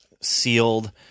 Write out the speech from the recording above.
sealed